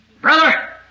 Brother